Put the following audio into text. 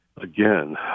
again